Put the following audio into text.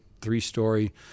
three-story